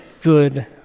good